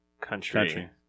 country